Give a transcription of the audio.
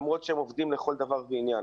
למרות שהם עובדים לכל דבר ועניין.